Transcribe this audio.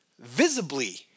visibly